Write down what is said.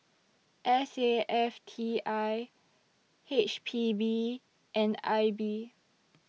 S A F T I H P B and I B